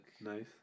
Nice